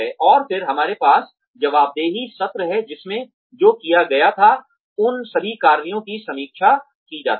और फिर हमारे पास जवाबदेही सत्र हैं जिसमें जो किया गया था उन सभी कार्यों की समीक्षा की जाती है